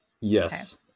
Yes